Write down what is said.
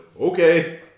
Okay